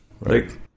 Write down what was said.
Right